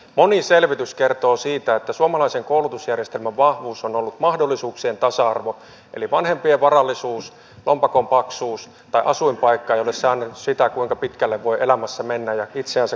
moni selvitys kertoo siitä että suomalaisen koulutusjärjestelmän vahvuus on ollut mahdollisuuksien tasa arvo eli vanhempien varallisuus lompakon paksuus tai asuinpaikka eivät ole säännelleet sitä kuinka pitkälle voi elämässä mennä ja itseänsä kouluttaa